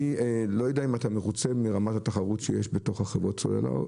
אני לא יודע את אתה מרוצה מרמת התחרות שיש בחברות הסלולר.